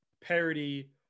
parody